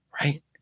right